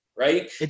right